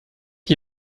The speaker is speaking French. qui